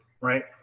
right